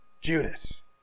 Judas